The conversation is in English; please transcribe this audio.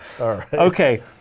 Okay